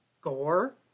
gore